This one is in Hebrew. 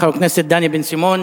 חבר הכנסת דני בן-סימון,